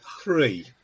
Three